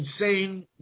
insane